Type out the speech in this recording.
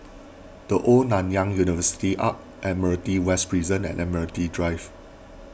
the Old Nanyang University Arch Admiralty West Prison and Admiralty Drive